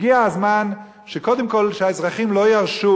הגיע הזמן שקודם כול האזרחים לא ירשו